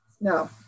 No